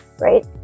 right